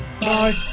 Bye